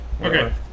Okay